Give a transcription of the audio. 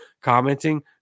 commenting